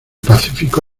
pacífico